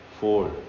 four